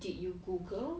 did you google